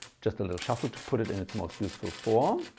just a little shuffle to put it in its most useful form.